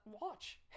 watch